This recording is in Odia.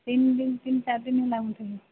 ତିନି ଦିନ ତିନି ଚାରି ଦିନ ହେଲା ମୁଁ ଥିଲି